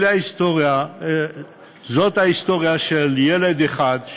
זאת ההיסטוריה של ילד אחד,